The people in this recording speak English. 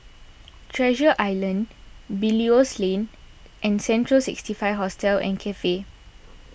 Treasure Island Belilios Lane and Central sixty five Hostel and Cafe